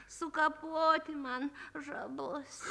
sukapoti man žabus